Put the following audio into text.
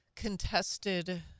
contested